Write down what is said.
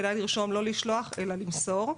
כדאי לרשום לא לשלוח אלא למסור.